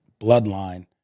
Bloodline